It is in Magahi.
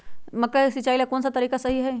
मक्का के सिचाई ला कौन सा तरीका सही है?